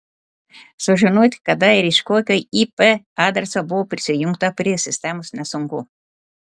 sužinoti kada ir iš kokio ip adreso buvo prisijungta prie sistemos nesunku